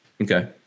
Okay